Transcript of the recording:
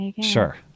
Sure